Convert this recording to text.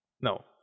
No